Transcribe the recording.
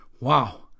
wow